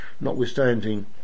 notwithstanding